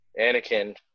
Anakin